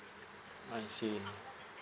I see